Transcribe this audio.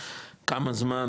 כמה זמן